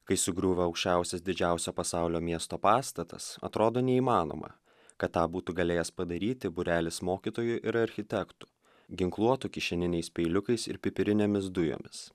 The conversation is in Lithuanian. kai sugriuvo aukščiausias didžiausio pasaulio miesto pastatas atrodo neįmanoma kad tą būtų galėjęs padaryti būrelis mokytojų ir architektų ginkluotų kišeniniais peiliukais ir pipirinėmis dujomis